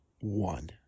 One